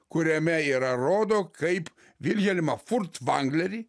kuriame yra rodo kaip vilhelmą furtvanglerį